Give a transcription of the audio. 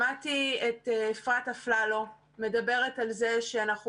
שמעתי את אפרת אפללו מדברת על זה שאנחנו